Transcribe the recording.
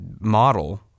model